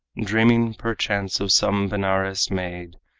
dreaming, perchance, of some benares maid,